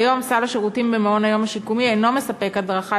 כיום סל השירותים במעון-היום השיקומי אינו מספק הדרכה